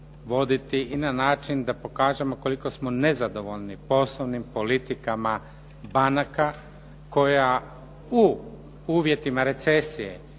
i na način da pokažemo koliko smo nezadovoljni poslovnih politikama banaka koja u uvjetima recesije